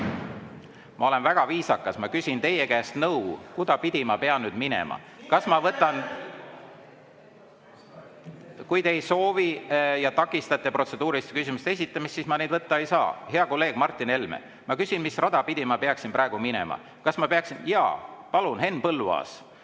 Ma olen väga viisakas. Ma küsin teie käest nõu, kuidaspidi ma pean nüüd minema. Kas ma võtan … (Saalist hõigatakse midagi.) Kui te ei soovi ja takistate protseduuriliste küsimuste esitamist, siis ma neid võtta ei saa. Hea kolleeg Martin Helme! Ma küsin, mis rada pidi ma peaksin praegu minema. Kas ma peaksin … Jaa, palun, Henn Põlluaas!